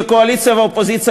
וקואליציה ואופוזיציה,